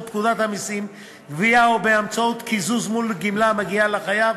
פקודת המסים (גבייה) או באמצעות קיזוז מול גמלה המגיעה לחייב,